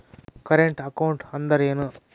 Current account ಅಂದರೇನು?